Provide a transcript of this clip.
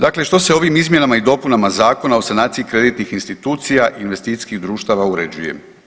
Dakle, što se ovim izmjenama i dopunama Zakona o sanaciji kreditnih institucija i investicijskih društava uređuje?